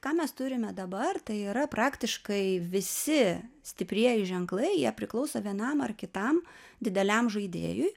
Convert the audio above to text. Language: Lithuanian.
ką mes turime dabar tai yra praktiškai visi stiprieji ženklai jie priklauso vienam ar kitam dideliam žaidėjui